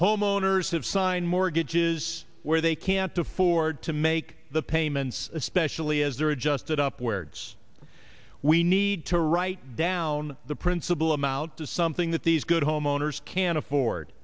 homeowners have signed mortgages where they can't afford to make the payments especially as they're adjusted upwards we need to write down the principal amount to something that these good homeowners can afford